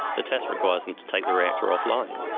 the test requires them to take the reactor offline.